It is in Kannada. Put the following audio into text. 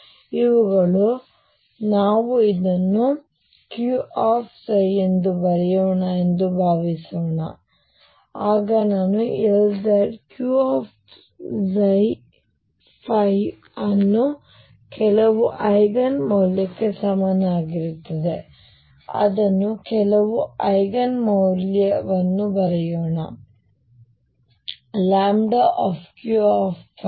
ಆದ್ದರಿಂದ ಇವುಗಳು ನಾನು ಇದನ್ನು Q ಎಂದು ಬರೆಯೋಣ ಎಂದು ಭಾವಿಸೋಣ ಆಗ ನಾನು Lz Q ಅನ್ನು ಕೆಲವು ಐಗನ್ ಮೌಲ್ಯಕ್ಕೆ ಸಮನಾಗಿರುತ್ತದೆ ಅದನ್ನು ಕೆಲವು ಐಗನ್ ಮೌಲ್ಯವನ್ನು ಬರೆಯೋಣ λ Q